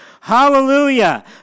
Hallelujah